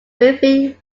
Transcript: thriving